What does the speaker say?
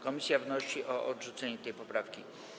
Komisja wnosi o odrzucenie tej poprawki.